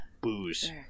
Booze